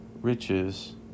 riches